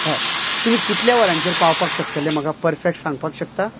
हय तुमी कितल्या वरांचेर पावपाक शकतले म्हाका परफेक्ट सांगपाक शकता